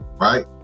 right